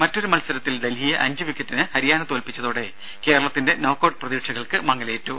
മറ്റൊരു മത്സരത്തിൽ ഡൽഹിയെ അഞ്ച് വിക്കറ്റിന് ഹരിയാന തോൽപ്പിച്ചതോടെ കേരളത്തിന്റെ നോക്കൌട്ട് പ്രതീക്ഷകൾക്ക് മങ്ങലേറ്റു